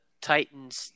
Titans